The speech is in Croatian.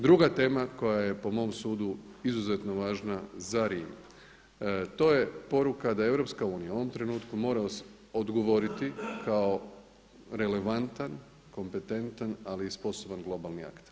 Druga tema koja je po mom sudu izuzetno važna za Rim, to je poruka da EU u ovom trenutku mora odgovoriti kao relevantan, kompetentan ali i sposoban globalni akt.